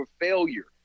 failure